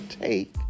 take